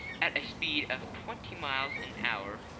at a speed of twenty miles an hour,